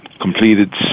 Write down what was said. completed